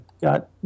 got